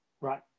Right